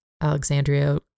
Alexandria